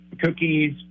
Cookies